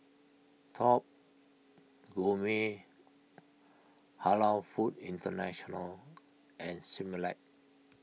Top Gourmet Halal Foods International and Similac